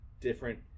Different